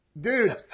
dude